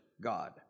God